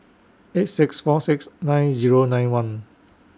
eight six four six nine Zero nine one